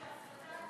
לא.